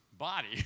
body